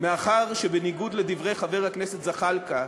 מאחר שבניגוד לדברי חבר הכנסת זחאלקה,